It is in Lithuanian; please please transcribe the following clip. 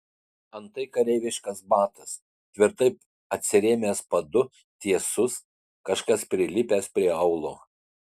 antai kareiviškas batas tvirtai atsirėmęs padu tiesus kažkas prilipęs prie aulo